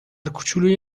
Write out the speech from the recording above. کوچولوی